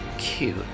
Cute